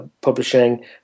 publishing